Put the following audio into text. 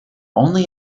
only